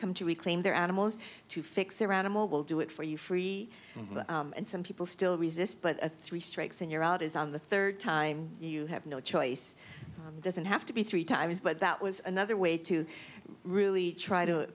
come to reclaim their animals to fix their animal will do it for you free and some people still resist but three strikes and you're out is on the third time you have no choice doesn't have to be three times but that was another way to really try to